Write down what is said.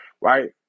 right